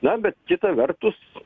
na bet kita vertus